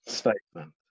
statement